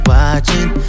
Watching